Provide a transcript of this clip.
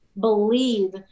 believe